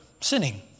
sinning